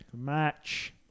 Match